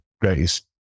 greatest